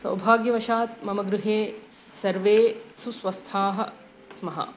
सौभाग्यवशात् मम गृहे सर्वे सुस्वस्थाः स्मः